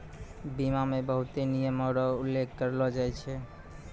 बीमा मे बहुते नियमो र उल्लेख करलो जाय छै